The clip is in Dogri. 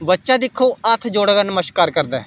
बच्चा दिखो हत्थ जोड़ियै नमस्कार करदा ऐ